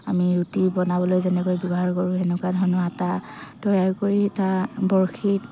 আমি ৰুটি বনাবলৈ যেনেকৈ ব্যৱহাৰ কৰোঁ সেনেকুৱা ধৰণৰ আটা তৈয়াৰ কৰি তাৰ বৰশীত